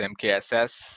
MKSS